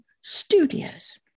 Studios